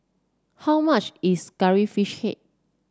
how much is Curry Fish Head